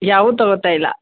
ಯಾವುದು ತಗೋತ ಇಲ್ಲ